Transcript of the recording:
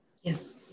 yes